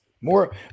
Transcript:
more